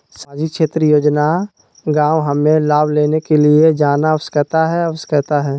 सामाजिक क्षेत्र योजना गांव हमें लाभ लेने के लिए जाना आवश्यकता है आवश्यकता है?